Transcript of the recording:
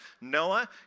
Noah